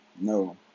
no